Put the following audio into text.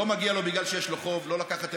לא מגיע לו בגלל שיש לו חוב לא לקחת את